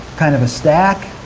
kind of stack,